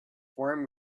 form